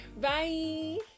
Bye